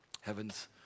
heaven's